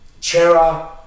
Chera